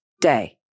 day